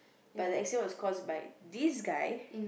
but the accident was caused by this guy